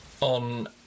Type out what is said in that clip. on